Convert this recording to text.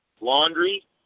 laundry